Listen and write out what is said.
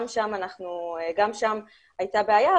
גם שם הייתה בעיה,